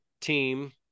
team